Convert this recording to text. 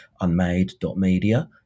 unmade.media